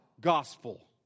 gospel